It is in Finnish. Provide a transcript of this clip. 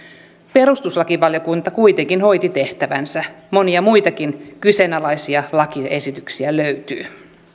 perustuslakivaliokunta kuitenkin hoiti tehtävänsä monia muitakin kyseenalaisia lakiesityksiä löytyy